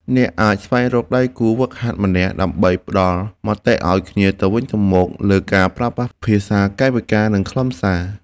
អ្នកអាចស្វែងរកដៃគូហ្វឹកហាត់ម្នាក់ ដើម្បីផ្ដល់មតិឱ្យគ្នាទៅវិញទៅមកលើការប្រើប្រាស់ភាសាកាយវិការ និងខ្លឹមសារ។